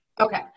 okay